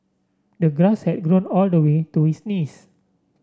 the glass had grown all the way to his knees